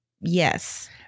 Yes